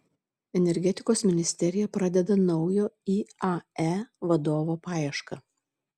energetikos ministerija pradeda naujo iae vadovo paiešką